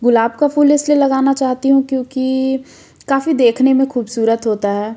गुलाब का फूल इसलिए लगाना चाहती हूँ क्योंकि काफ़ी देखने में खूबसूरत होता है